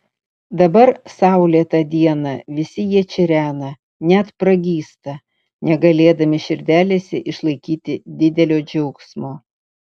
dabar saulėtą dieną visi jie čirena net pragysta negalėdami širdelėse išlaikyti didelio džiaugsmo